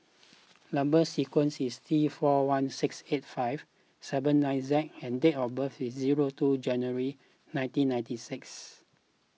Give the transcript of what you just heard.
Number Sequence is T four one six eight five seven nine Z and date of birth is zero two January nineteen ninety six